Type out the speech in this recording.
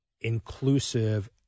inclusive